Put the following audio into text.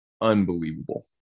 unbelievable